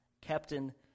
Captain